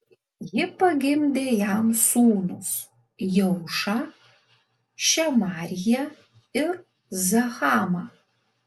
ji pagimdė jam sūnus jeušą šemariją ir zahamą